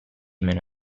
meno